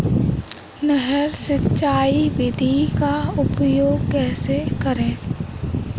नहर सिंचाई विधि का उपयोग कैसे करें?